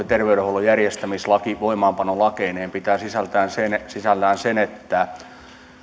terveydenhuollon järjestämislaki voimaanpanolakeineen pitää sisällään sen että